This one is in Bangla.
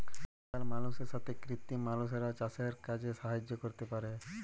আজকাল মালুষের সাথ কৃত্রিম মালুষরাও চাসের কাজে সাহায্য ক্যরতে পারে